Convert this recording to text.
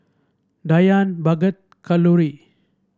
Dhyan Bhagat Kalluri